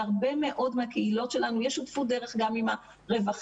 בהרבה מאוד מהקהילות שלנו יש שותפות גם עם הרווחה,